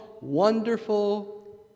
Wonderful